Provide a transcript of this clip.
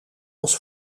als